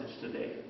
today